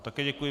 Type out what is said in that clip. Také děkuji.